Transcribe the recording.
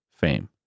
fame